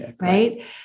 Right